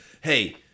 Hey